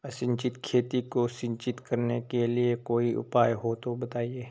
असिंचित खेती को सिंचित करने के लिए कोई उपाय हो तो बताएं?